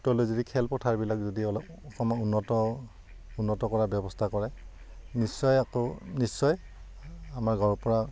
গুৰুত্ব লৈ যদি খেলপথাৰবিলাক যদি অলপ অকণমান উন্নত উন্নত কৰাৰ ব্যৱস্থা কৰে নিশ্চয় আকৌ নিশ্চয় আমাৰ গাঁৱৰ পৰা